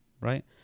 right